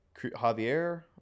Javier